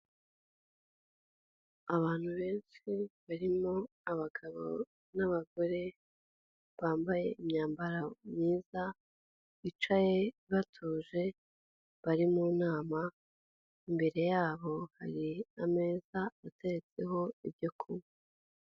Abantu benshi barimo abagabo n'abagore, bambaye imyambaro myiza, bicaye batuje bari mu nama, imbere yabo hari ameza ateretseho ibyo kunywa.